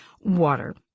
water